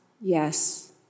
yes